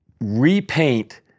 repaint